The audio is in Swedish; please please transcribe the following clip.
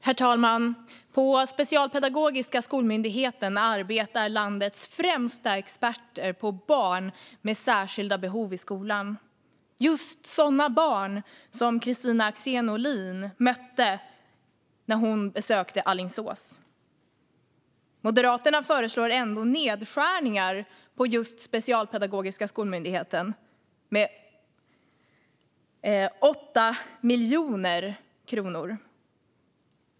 Herr talman! På Specialpedagogiska skolmyndigheten arbetar landets främsta experter på barn med särskilda behov i skolan - just sådana barn som Kristina Axén Olin mötte när hon besökte Alingsås. Moderaterna föreslår ändå nedskärningar på just Specialpedagogiska skolmyndigheten med 8 miljoner kronor.